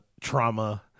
trauma